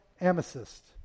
amethyst